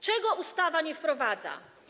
Czego ustawa nie wprowadza?